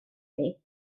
chi